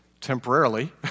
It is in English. Temporarily